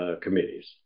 committees